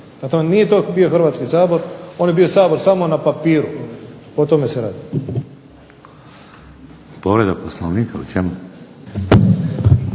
tome, nije to bio Hrvatski sabor. On je bio Sabor samo na papiru. O tome se radi. **Šeks, Vladimir